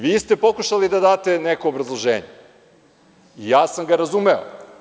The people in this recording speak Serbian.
Vi ste pokušali da date neko obrazloženje i ja sam ga razumeo.